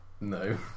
No